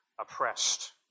oppressed